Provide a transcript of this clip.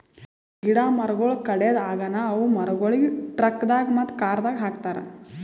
ಗಿಡ ಮರಗೊಳ್ ಕಡೆದ್ ಆಗನ ಅವು ಮರಗೊಳಿಗ್ ಟ್ರಕ್ದಾಗ್ ಮತ್ತ ಕಾರದಾಗ್ ಹಾಕತಾರ್